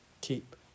Keep